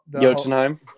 Jotunheim